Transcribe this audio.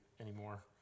anymore